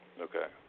Okay